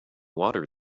water